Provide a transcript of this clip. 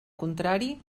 contrari